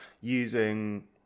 using